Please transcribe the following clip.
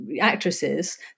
actresses